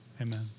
Amen